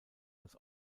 als